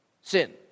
sin